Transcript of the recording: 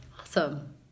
awesome